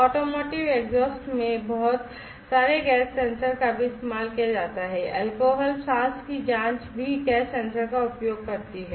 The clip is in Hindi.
ऑटोमोटिव एग्जॉस्ट में बहुत सारे गैस सेंसर का भी इस्तेमाल किया जाता है अल्कोहल सांस की जांच भी गैस सेंसर का उपयोग करती है